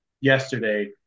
yesterday